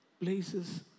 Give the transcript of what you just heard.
places